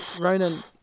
Ronan